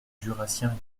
jurassien